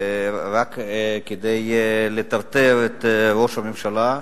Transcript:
רק כדי לטרטר את ראש הממשלה,